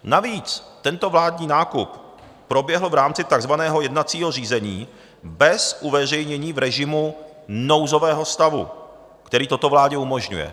Navíc tento vládní nákup proběhl v rámci takzvaného jednacího řízení bez uveřejnění v režimu nouzového stavu, který toto vládě umožňuje.